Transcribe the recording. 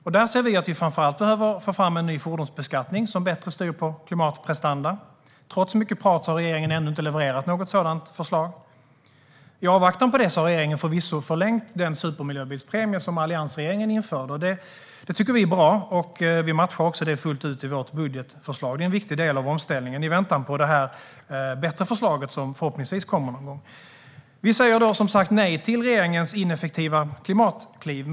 Vi ser att vi framför allt behöver få fram en ny fordonsbeskattning som styr klimatprestanda på ett bättre sätt. Trots mycket prat har regeringen ännu inte levererat något sådant förslag. I avvaktan på det har regeringen förvisso förlängt den supermiljöbilspremie som alliansregeringen införde. Det tycker vi är bra. Vi matchar också det fullt ut i vårt budgetförslag. Det är en viktig del av omställningen, i väntan på det bättre förslaget som förhoppningsvis kommer någon gång. Vi säger som sagt nej till regeringens ineffektiva klimatkliv.